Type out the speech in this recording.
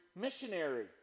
missionary